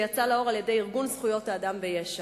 שיצא לאור על-ידי ארגון זכויות האדם ביש"ע.